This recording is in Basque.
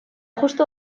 justu